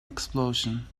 explosion